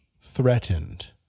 threatened